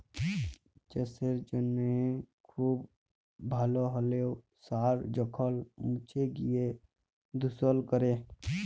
চাসের জনহে খুব ভাল হ্যলেও সার যখল মুছে গিয় দুষল ক্যরে